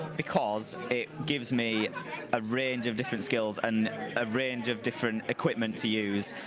because it gives me a range of different skills and a range of different equipment to use.